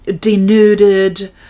denuded